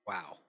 Wow